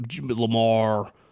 lamar